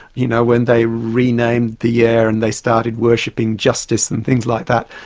you know, when they renamed the air and they started worshipping justice and things like that.